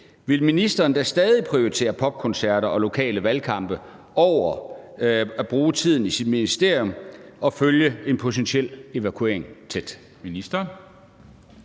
ville ministeren da stadig prioritere popkoncerter og lokale valgkampe over at bruge tiden i sit ministerium og følge en potentiel evakuering tæt?